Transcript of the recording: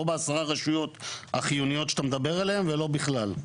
לא בעשר הרשויות החיוניות שאתה מדבר עליהן ולא בכלל.